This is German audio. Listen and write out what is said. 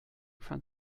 fand